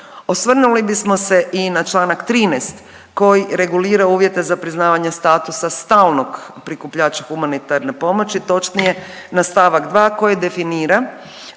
Osvrnuli bismo se i na čl. 13. koji regulira uvjete za priznavanje statusa stalnog prikupljača humanitarne pomoći točnije na st. 2. koji definira